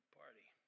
party